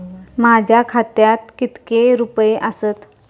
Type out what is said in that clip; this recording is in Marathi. माझ्या खात्यात कितके रुपये आसत?